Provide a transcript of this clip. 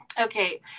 Okay